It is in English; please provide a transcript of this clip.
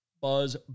buzz